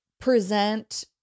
present